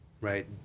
Right